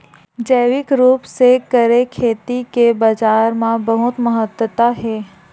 जैविक रूप से करे खेती के बाजार मा बहुत महत्ता हे